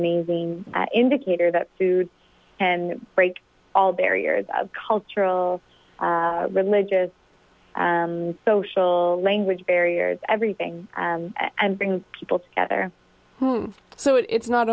amazing indicator that food and break all barriers of cultural religious social language barriers everything and bring people together so it's not